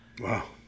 Wow